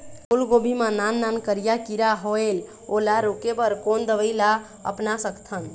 फूलगोभी मा नान नान करिया किरा होयेल ओला रोके बर कोन दवई ला अपना सकथन?